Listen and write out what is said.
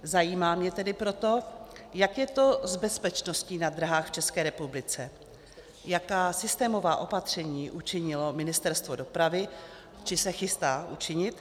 Zajímá mě tedy proto, jak je to s bezpečností na dráhách v České republice, jaká systémová opatření učinilo Ministerstvo dopravy či se chystá učinit.